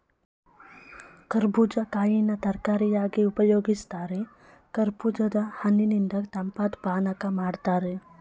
ಕರ್ಬೂಜ ಕಾಯಿನ ತರಕಾರಿಯಾಗಿ ಉಪಯೋಗಿಸ್ತಾರೆ ಕರ್ಬೂಜದ ಹಣ್ಣಿನಿಂದ ತಂಪಾದ್ ಪಾನಕ ಮಾಡ್ತಾರೆ